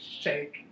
shake